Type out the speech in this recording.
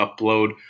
upload